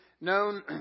known